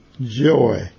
Joy